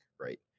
right